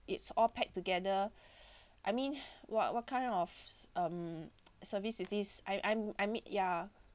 it's all packed together I mean what what kind of um service is this I'm I'm I mean ya